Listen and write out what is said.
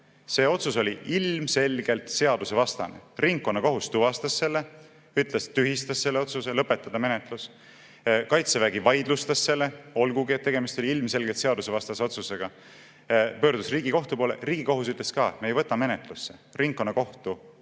See otsus oli ilmselgelt seadusvastane. Ringkonnakohus tuvastas selle, tühistas selle otsuse lõpetada menetlus. Kaitsevägi vaidlustas selle, olgugi et tegemist oli ilmselgelt seadusvastase otsusega, pöördus Riigikohtu poole. Riigikohus ütles ka, et me ei võta menetlusse. Ringkonnakohtu